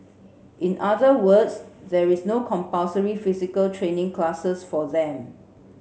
in other words there is no compulsory physical training classes for them